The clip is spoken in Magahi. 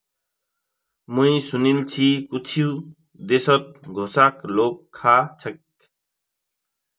मुई सुनील छि कुछु देशत घोंघाक लोग खा छेक